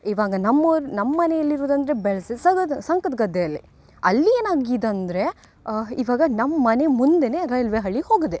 ಇವಾಗ ನಮ್ಮ ಊರು ನಮ್ಮ ಮನೆ ಎಲ್ಲಿ ಇರುದಂದರೆ ಬೆಳಸೆ ಸಗದ್ ಸಂಕದ ಗದ್ದೆಯಲ್ಲಿ ಅಲ್ಲಿ ಏನು ಆಗಿದೆ ಅಂದರೆ ಇವಾಗ ನಮ್ಮ ಮನೆ ಮುಂದೆಯೇ ರೈಲ್ವೆ ಹಳಿ ಹೋಗಿದೆ